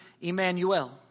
Emmanuel